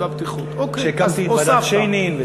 כשהקמתי את ועדת שיינין.